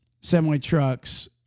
semi-trucks